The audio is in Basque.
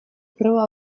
proba